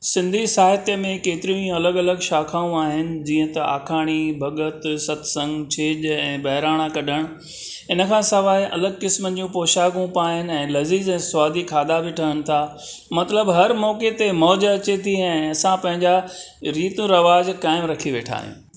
सिंधी साहित्य में केतिरियूं ई अलॻि अलॻि शाखाऊं आहिनि जीअं त आखांणी भॻत सत्संगु छेॼ ऐं ॿेराणा कढणु इन खां सवाइ अलॻि किस्मनि जूं पोशाखूं पाईंदा आहिनि लजीज़ सवादी खाधा बि ठहनि था मतलबु हर मौके ते मौज अचे थी ऐं असां पंहिंजा रीतियूं रवाज़ काइमु रखी वेठा आहियूं